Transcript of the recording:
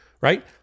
right